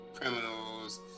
criminals